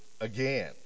again